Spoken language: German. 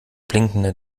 blinkenden